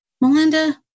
Melinda